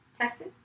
Texas